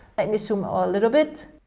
let me zoom a little bit.